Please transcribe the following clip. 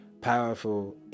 powerful